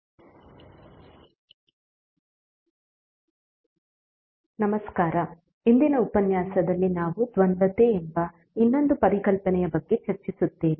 ಉಪನ್ಯಾಸ 03 ದ್ವಂದ್ವ ನಮಸ್ಕಾರ ಇಂದಿನ ಉಪನ್ಯಾಸದಲ್ಲಿ ನಾವು ದ್ವಂದ್ವತೆ ಎಂಬ ಇನ್ನೊಂದು ಪರಿಕಲ್ಪನೆಯ ಬಗ್ಗೆ ಚರ್ಚಿಸುತ್ತೇವೆ